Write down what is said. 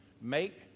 Make